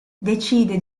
decide